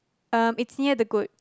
um it's near the goat